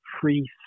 free